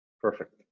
perfect